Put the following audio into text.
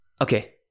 Okay